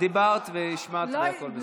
לא, דיברת והשמעת, והכול בסדר.